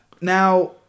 Now